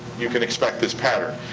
you can expect this pattern.